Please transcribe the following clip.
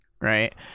right